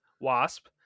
Wasp